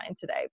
today